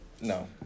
No